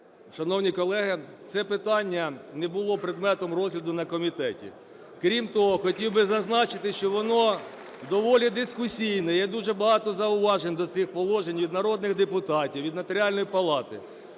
Шановні колеги, це питання не було предметом розгляду на комітеті. Крім того, хотів би зазначити, що воно доволі дискусійне, є дуже багато зауважень до цих положень від народних депутатів, від Нотаріальної палати.